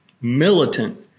militant